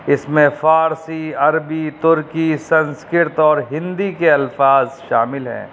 اس میں فارسی عربی ترکی سنسکرت اور ہندی کے الفاظ شامل ہیں